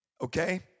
Okay